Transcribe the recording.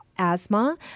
asthma